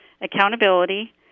Accountability